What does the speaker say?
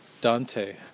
Dante